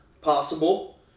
Possible